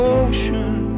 ocean